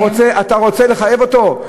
אתה רוצה לחייב אותו?